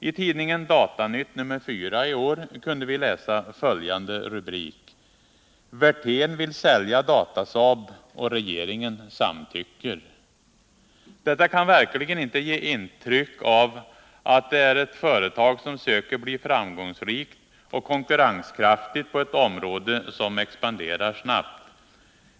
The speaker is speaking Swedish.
I tidningen Datanytt nr 4 i år kunde vi läsa följande rubrik: ”Werthén vill sälja Datasaab och regeringen samtycker.” Detta kan verkligen inte ge intryck av att det är ett företag som söker bli framgångsrikt och konkurrenskraftigt på ett område som expanderar snabbt.